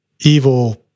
evil